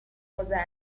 گذشت